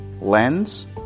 lens